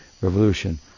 revolution